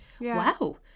wow